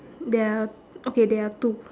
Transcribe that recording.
there are okay there are two